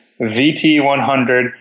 VT100